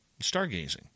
stargazing